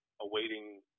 awaiting